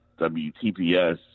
WTPS